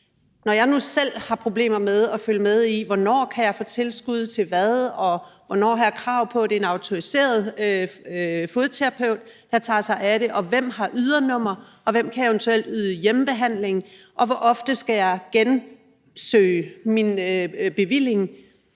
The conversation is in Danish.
Når jeg nu selv har problemer med at følge med i, hvornår jeg kan få tilskud til hvad, hvornår jeg har krav på, at det er en autoriseret fodterapeut, der tager sig af det, hvem der har ydernummer, hvem der eventuelt kan yde hjemmebehandling, og hvor ofte jeg skal genansøge om min bevilling,